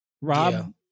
Rob